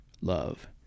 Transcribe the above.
love